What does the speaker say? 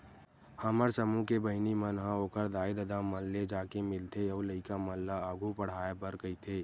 हमर समूह के बहिनी मन ह ओखर दाई ददा मन ले जाके मिलथे अउ लइका मन ल आघु पड़हाय बर कहिथे